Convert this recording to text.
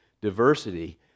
diversity